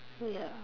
ya